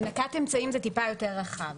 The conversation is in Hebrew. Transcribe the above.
"נקט אמצעים", זה קצת יותר רחב.